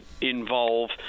involve